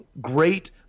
great